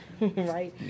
right